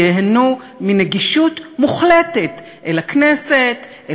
וייהנו מנגישות מוחלטת של הכנסת,